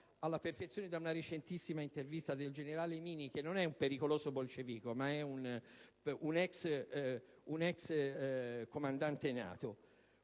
alla perfezione da una recentissima intervista del generale Fabio Mini, che non è un pericoloso bolscevico, ma un ex comandante NATO.